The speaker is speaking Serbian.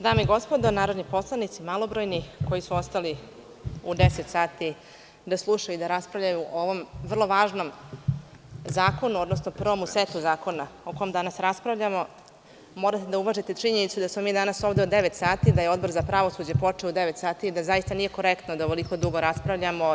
Dame i gospodo narodni poslanici, malobrojni koji su ostali u deset sati da slušaju, raspravljaju o ovom vrlo važnom zakonu, odnosno prvom setu zakona o kome danas raspravljamo, morate da uvažite činjenicu da smo mi danas ovde od devet sati, da je Odbor za pravosuđe počeo u devet sati i da zaista nije korektno da ovoliko dugo raspravljamo.